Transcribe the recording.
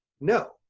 no